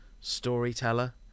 storyteller